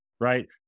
right